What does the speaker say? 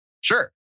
sure